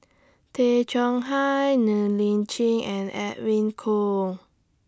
Tay Chong Hai Ng Li Chin and Edwin Koo